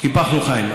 וקיפחנו חיים.